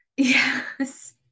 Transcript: Yes